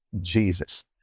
Jesus